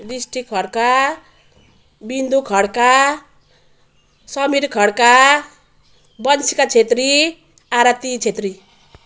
दृष्टि खड्का बिन्दु खड्का समीर खड्का वन्सिका छेत्री आरती छेत्री